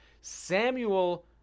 Samuel